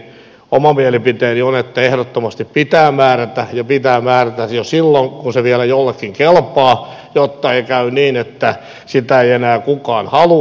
oma mielipiteeni on että ehdottomasti pitää määrätä ja pitää määrätä jo silloin kun se vielä jollekin kelpaa jotta ei käy niin että sitä ei enää kukaan halua